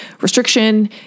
restriction